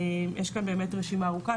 יש כאן באמת רשימה ארוכה,